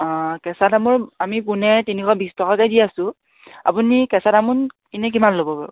কেঁচা তামোল আমি পোনে তিনিশ বিশ টকাকৈ দি আছোঁ আপুনি কেঁচা তামোল এনে কিমান ল'ব বাৰু